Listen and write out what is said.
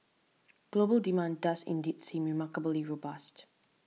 global demand does indeed seem remarkably robust